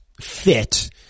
fit